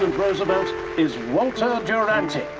roosevelt is walter duranty,